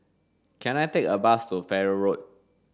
can I take a bus to Farrer Road